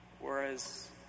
Whereas